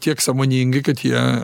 tiek sąmoningi kad ją